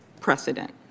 precedent